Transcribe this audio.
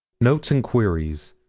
notes and queries,